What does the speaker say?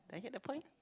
do I get the point